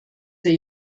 der